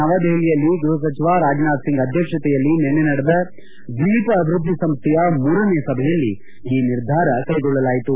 ನವದೆಹಲಿಯಲ್ಲಿ ಗೈಹ ಸಚಿವ ರಾಜ್ನಾಥ್ ಸಿಂಗ್ ಅಧ್ಯಕ್ಷತೆಯಲ್ಲಿ ನಿನ್ನೆ ನಡೆದ ದ್ವೀಪ ಅಭಿವೃದ್ದಿ ಸಂಸ್ಥೆಯ ಮೂರನೇ ಸಭೆಯಲ್ಲಿ ಈ ನಿರ್ಧಾರ ಕೈಗೊಳ್ಳಲಾಯಿತು